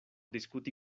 diskuti